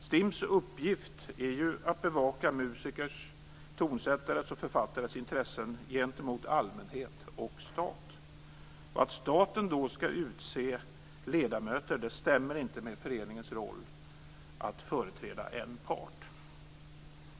STIM:s uppgift är ju att bevaka musikers, tonsättares och författares intressen gentemot allmänhet och stat. Att staten då skall utse ledamöter stämmer inte med föreningens roll att företräda en part.